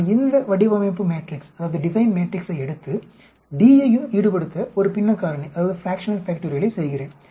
நான் இந்த வடிவமைப்பு மேட்ரிக்ஸை எடுத்து D யையும் ஈடுபடுத்த ஒரு பின்ன காரணியை செய்கிறேன்